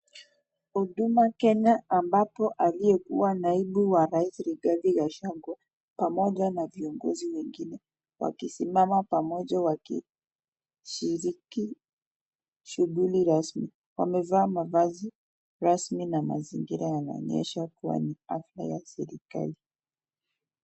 Huduma Kenya ambapo aliyekuwa naibu wa rais Rigathi Gachagua pamoja na viongozi wengine wakisimama pamoja wakishiriki shughuli rasmi. Wamevaa mavazi rasmi na mazingira yanaonyesha kuwa ni hafla ya serikali.